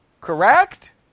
Correct